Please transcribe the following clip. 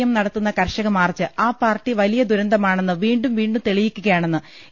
M നട ത്തുന്ന കർഷക മാർച്ച് ആ പാർട്ടി വലിയ ദുരന്തമാണെന്ന് വീണ്ടും വീണ്ടും തെളിയിക്കുകയാണെന്ന് എ